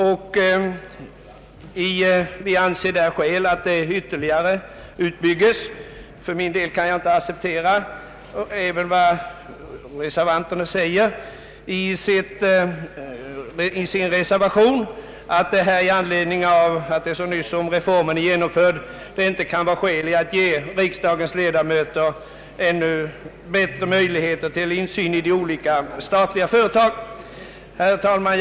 Vi anser att det finns skäl att detta system ytterligare utbyggs. Reservanterna säger att det med hänsyn till att reformen så nyligen genomförts inte kan finnas skäl att ge riksdagsledamöterna bättre möjligheter till insyn i de olika statliga företagen. För min del kan jag inte hålla med om detta. Herr talman!